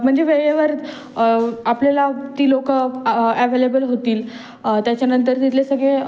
म्हणजे वेळेवर आपल्याला ती लोकं ॲवेलेबल होतील त्याच्यानंतर तिथले सगळे